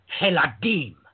Heladim